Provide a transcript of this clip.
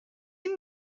این